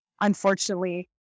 unfortunately